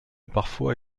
parfois